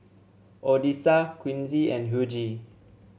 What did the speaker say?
Odessa Quincy and Hughie